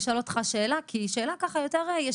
אני רוצה לשאול אותך שאלה כי היא שאלה יותר ישירה.